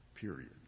Period